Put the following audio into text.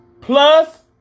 plus